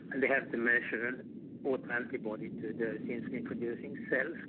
and they have to measure and autoantibody to those insulin producing cells.